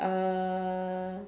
uh